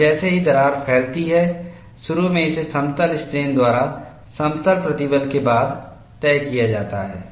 और जैसे ही दरार फैलती हैशुरू में इसे समतल स्ट्रेन द्वारा समतल प्रतिबल के बाद तय किया जाता है